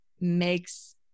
makes